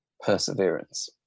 perseverance